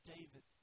David